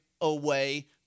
away